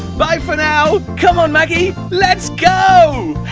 bye for now. come on maggie. let's go.